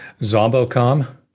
Zombocom